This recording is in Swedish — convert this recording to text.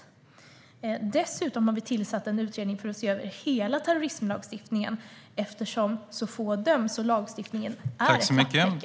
Vi har dessutom tillsatt en utredning för att se över hela terrorismlagstiftningen eftersom så få döms och lagstiftningen är ett lapptäcke.